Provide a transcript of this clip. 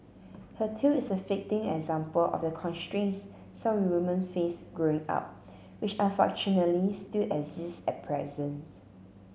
her tale is a fitting example of the constraints some women face growing up which unfortunately still exist at present